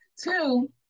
Two